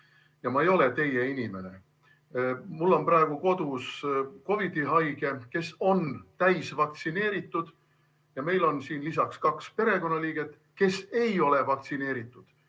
ja ma ei ole teie inimene. Mul on praegu kodus COVID-i haige, kes on täisvaktsineeritud, ja meil on siin lisaks kaks perekonnaliiget, kes ei ole vaktsineeritud,